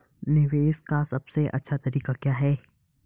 निवेश का सबसे अच्छा तरीका क्या है?